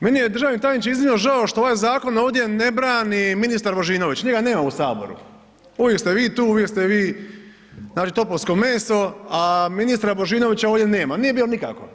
Meni je državni tajniče iznimno žao što ovaj zakon ovdje ne brani ministar Božinović, njega nema u Saboru, uvijek ste vi tu, uvijek ste vi topovsko meso, a ministra Božinovića ovdje nema, nije bio nikako.